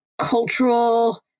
cultural